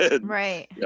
Right